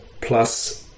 plus